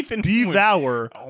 devour